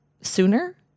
sooner